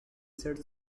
said